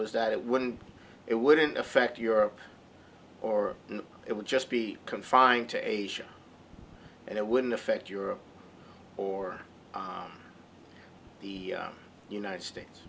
is that it wouldn't it wouldn't affect europe or it would just be confined to asia and it wouldn't affect europe or the united states